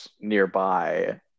nearby